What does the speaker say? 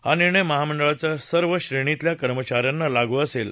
हा निर्णय महामंडळाच्या सर्व श्रेणीतल्या कर्मचा यांना लागू असेल